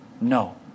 No